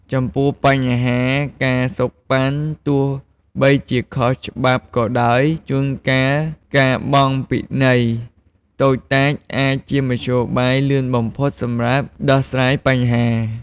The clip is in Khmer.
ចំពោះបញ្ហា "ការសូកប៉ាន់" ទោះបីជាខុសច្បាប់ក៏ដោយ ជួនកាលការបង់ "ពិន័យ" តូចតាចអាចជាមធ្យោបាយលឿនបំផុតដើម្បីដោះស្រាយបញ្ហា។